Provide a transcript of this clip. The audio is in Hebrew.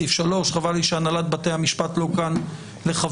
סעיף 3. חבל לי שהנהלת בתי המשפט לא כאן לחוות